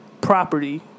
Property